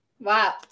Wow